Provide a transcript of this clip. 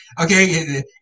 Okay